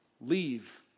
leave